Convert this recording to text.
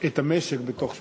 את המשק בתוך שבועיים.